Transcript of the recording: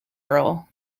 earl